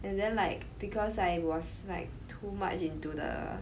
and then like because I was like too much into the